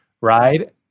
right